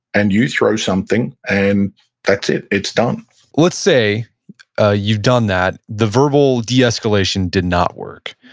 and you throw something, and that's it. it's done let's say ah you've done that, the verbal deescalation did not work,